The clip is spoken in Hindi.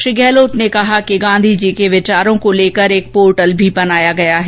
श्री गहलोत ने कहा कि गांधी जी के विचारों को लेकर एक पोर्टल भी बनाया गया है